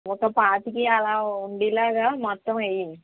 ఒక పాతిక అలా ఉండేలాగా మొత్తం వెయ్యి